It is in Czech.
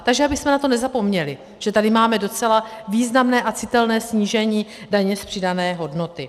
Takže abychom na to nezapomněli, že tady máme docela významné a citelné snížení daně z přidané hodnoty.